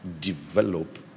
develop